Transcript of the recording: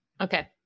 Okay